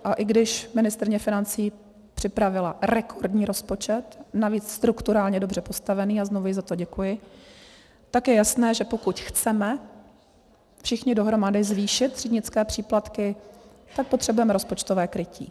A i když ministryně financí připravila rekordní rozpočet, navíc strukturálně dobře postavený, a znovu jí za to děkuji, tak je jasné, že pokud chceme všichni dohromady zvýšit třídnické příplatky, tak potřebujeme rozpočtové krytí.